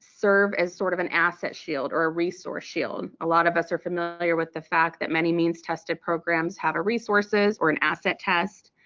serve as sort of an asset shield or a resource shield. a lot of us are familiar with the fact that many means-tested programs have a resources or an asset test